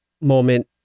moment